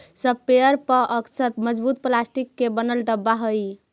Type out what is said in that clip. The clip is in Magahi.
स्प्रेयर पअक्सर मजबूत प्लास्टिक के बनल डब्बा हई